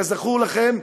כזכור לכם,